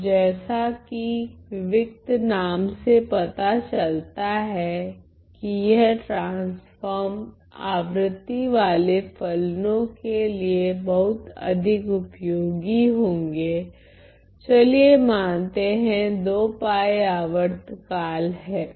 अब जैसा कि विविक्त नाम से पता चलता है कि यह ट्रांसफोर्मस आवृति वाले फलनों के लिए बहुत अधिक उपयोगी होगे चलिए मानते हैं आवर्तकाल हैं